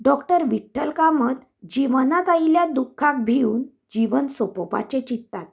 doctor Vitthal Kamat जिवनात आयिल्ल्या दुखाक भिवन जिवन सोपोवपाचें चित्तात